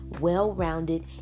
well-rounded